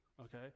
Okay